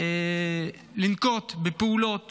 לנקוט פעולות